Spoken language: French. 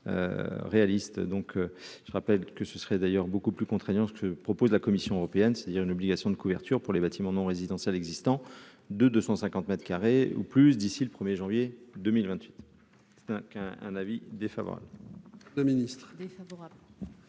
réaliste donc je rappelle que ce serait d'ailleurs beaucoup plus contraignant, ce que propose la commission européenne, c'est-à-dire une obligation de couverture pour les bâtiments non résidentiels existants de 250 mètres carrés ou plus d'ici le 1er janvier 2028 c'est un qu'un un avis défavorable.